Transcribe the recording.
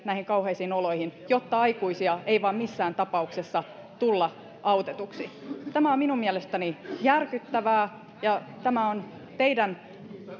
näihin kauheisiin oloihin jotta aikuisia ei vain missään tapauksessa tulla auttaneeksi tämä on minun mielestäni järkyttävää ja tämä on teidän